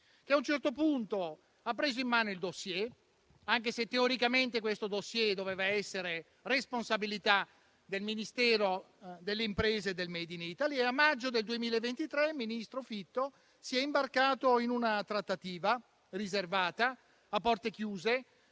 che a un certo punto ha preso in mano il *dossier*, anche se teoricamente tale *dossier* doveva essere responsabilità del Ministero delle imprese e del *made in Italy*. A maggio 2023 il ministro Fitto si è imbarcato in una trattativa riservata a porte chiuse